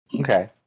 Okay